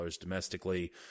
domestically